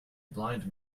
blind